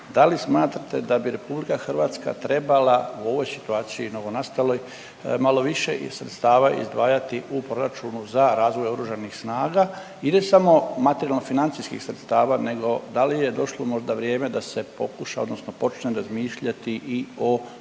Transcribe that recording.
da li smatrate da bi Republika Hrvatska trebala o ovoj situaciji novonastaloj malo više i sredstava izdvajati u proračunu za razvoj Oružanih snaga ili samo materijalno-financijskih sredstava, nego da li je došlo možda vrijeme da se pokuša odnosno počne razmišljati i o uvođenju